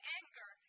anger